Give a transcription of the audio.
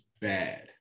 bad